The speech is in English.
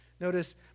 Notice